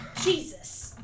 Jesus